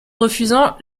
refusant